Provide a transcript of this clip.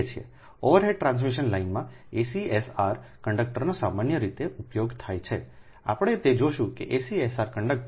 overhead transmission લાઇનોમાં ACSR કંડક્ટરનો સામાન્ય રીતે ઉપયોગ થાય છે આપણે તે જોશું કે ACSR કંડક્ટર